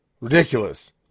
Ridiculous